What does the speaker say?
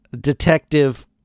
detective